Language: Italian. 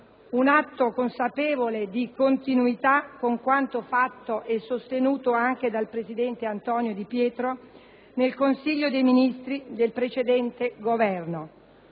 un atto consapevole di continuità con quanto fatto e sostenuto anche dal presidente Antonio Di Pietro nel Consiglio dei ministri del precedente Governo.